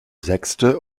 sechste